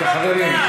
אוקיי, חברים.